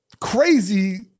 crazy